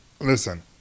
Listen